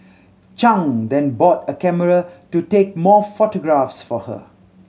Chang then bought a camera to take more photographs for her